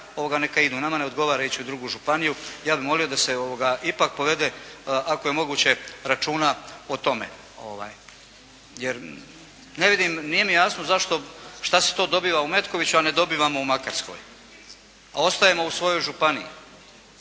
neka idu. Nama ne odgovara ići u drugu županiju. Ja bih molio da se ipak povede, ako je moguće računa o tome jer ne vidim, nije mi jasno što se to dobiva u Metkoviću, a ne dobivamo u Makarskoj, a ostajemou svojoj županiji.